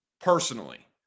Personally